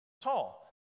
Tall